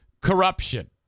corruption